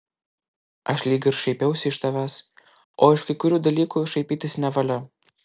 aš lyg ir šaipiausi iš tavęs o iš kai kurių dalykų šaipytis nevalia